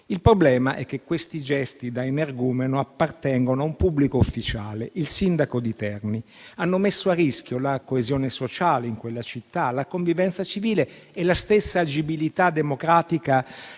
Il problema è che questi gesti da energumeno appartengono a un pubblico ufficiale: il sindaco di Terni. Hanno messo a rischio la coesione sociale in quella città, la convivenza civile e la stessa agibilità democratica